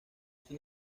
sin